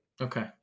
Okay